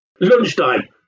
Lunchtime